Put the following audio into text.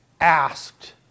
asked